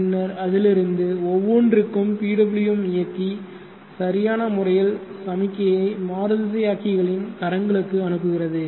பின்னர் அதிலிருந்து ஒவ்வொன்றிற்கும் PWM இயக்கி சரியான முறையில் சமிக்ஞையை மாறுதிசையாக்கியின் கரங்களுக்கு அனுப்புகிறது